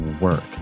work